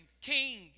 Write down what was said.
king